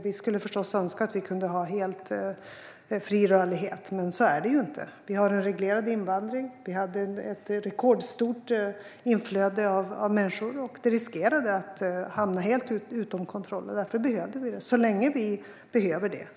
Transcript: Vi skulle förstås önska att vi kunde ha helt fri rörlighet, men så är det inte. Vi har en reglerad invandring. Vi hade ett rekordstort inflöde av människor, och det riskerade att hamna helt utom kontroll. Därför behövde vi detta.